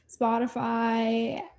Spotify